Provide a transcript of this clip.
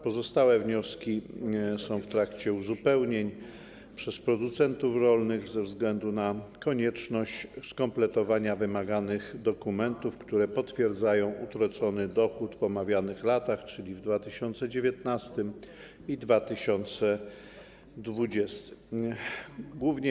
Pozostałe wnioski są w trakcie uzupełnień przez producentów rolnych ze względu na konieczność skompletowania wymaganych dokumentów, które potwierdzają utracony dochód w omawianych latach, czyli w 2019 r. i 2020 r.